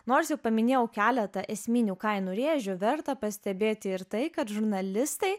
nors jau paminėjau keletą esminių kainų rėžių verta pastebėti ir tai kad žurnalistai